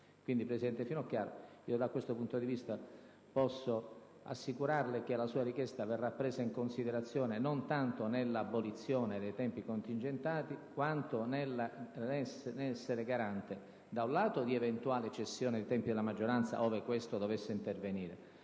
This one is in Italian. Presidente Finocchiaro, da questo punto di vista, posso dunque garantirle che la sua richiesta verrà presa in considerazione non tanto nell'abolizione dei tempi contingentati, quanto nell'essere garante, da una parte, di una eventuale cessione di tempi della maggioranza, ove questa dovesse intervenire